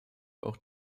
auch